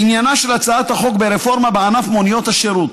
עניינה של הצעת החוק ברפורמה בענף מוניות השירות.